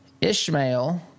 Ishmael